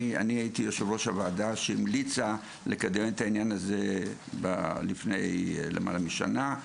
הייתי יושב-ראש הוועדה שהמליצה לקדם את העניין הזה לפני למעלה משנה,